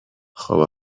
خوب